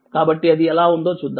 కాబట్టి అది ఎలా ఉందో చూద్దాం